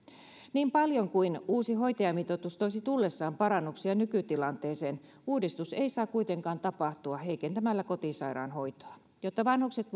niin paljon kuin uusi hoitajamitoitus toisi tullessaan parannuksia nykytilanteeseen uudistus ei saa kuitenkaan tapahtua heikentämällä kotisairaanhoitoa jotta vanhukset